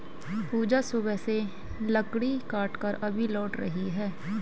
पूजा सुबह से लकड़ी काटकर अभी लौट रही है